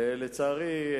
לצערי,